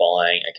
buying